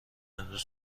امروز